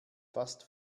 fast